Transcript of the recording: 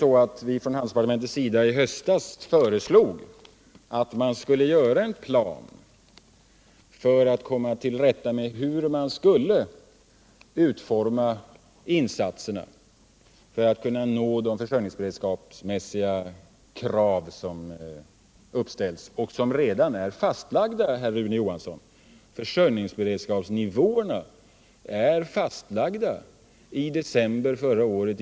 Handelsdepartementet föreslog i höstas att man skulle 15 utarbeta en plan för att med dess hjälp utforma insatser för att kunna möta de försörjningsberedskapskrav som uppställts — och som redan är fastlagda, herr Rune Johansson! Försörjningsberedskapsnivåerna fastlades av riksdagen i december förra året.